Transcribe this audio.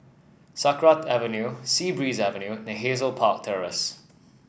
Sakra Avenue Sea Breeze Avenue and Hazel Park Terrace